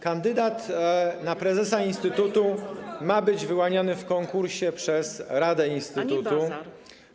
Kandydat na prezesa instytutu ma być wyłoniony w konkursie przez radę instytutu... ...ani bazar.